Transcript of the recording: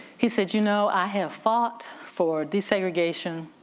he said, you know i have fought for desegregation,